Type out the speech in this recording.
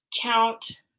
count